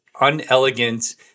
unelegant